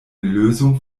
lösung